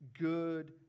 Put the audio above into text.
good